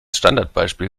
standardbeispiel